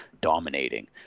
dominating